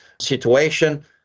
situation